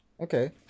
Okay